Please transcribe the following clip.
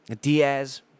Diaz